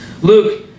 Luke